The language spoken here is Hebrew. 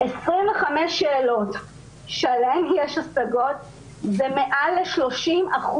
25 שאלות שעליהן יש השגות זה מעל 30%